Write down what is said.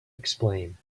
explain